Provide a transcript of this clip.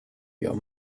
your